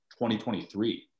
2023